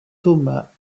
thomas